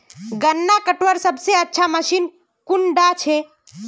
गन्ना कटवार सबसे अच्छा मशीन कुन डा छे?